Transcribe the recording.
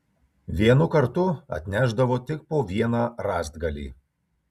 vienu kartu atnešdavo tik po vieną rąstgalį